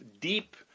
deep